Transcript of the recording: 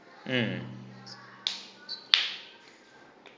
mm